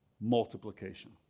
multiplication